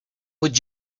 would